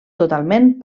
totalment